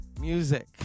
music